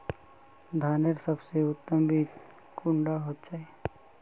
धानेर सबसे उत्तम बीज कुंडा होचए?